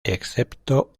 excepto